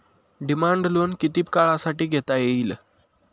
Demand loan किती काळासाठी घेता येईल?